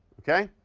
okay?